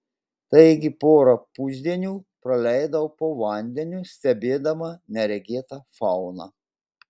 taigi porą pusdienių praleidau po vandeniu stebėdama neregėtą fauną